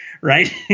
right